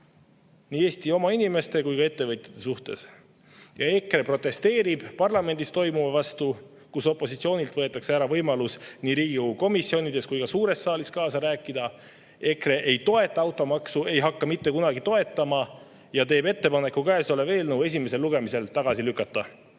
nii Eesti oma inimeste kui ka ettevõtjate suhtes. EKRE protesteerib parlamendis toimuva vastu, kus opositsioonilt võetakse ära võimalus nii Riigikogu komisjonides kui ka suures saalis kaasa rääkida. EKRE ei toeta automaksu, ei hakka mitte kunagi toetama ja teeb ettepaneku käesolev eelnõu esimesel lugemisel tagasi lükata.